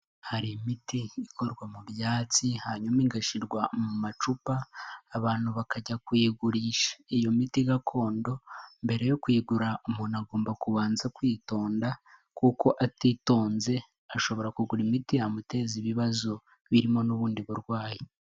Hari imiti ikorwa mu byatsi hanyuma igashyirwa mu macupa, abantu bakajya kuyigurisha, iyo miti gakondo mbere yo kuyigura umuntu agomba kubanza kwitonda kuko atitonze ashobora kugura imiti yamuteza ibibazo, birimo n'ubundi burwayi.